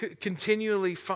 continually